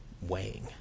weighing